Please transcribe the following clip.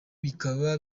bikaba